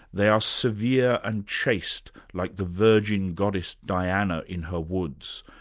they are severe and chaste, like the virgin goddess diana in her woods.